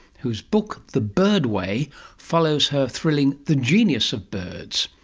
whose book the bird way follows her thrilling the genius of birds.